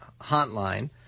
Hotline